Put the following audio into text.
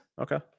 okay